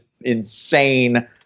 insane